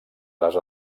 les